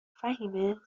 فهیمه